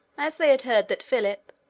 as they had heard that philip,